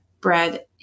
bread